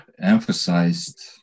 emphasized